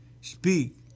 Speak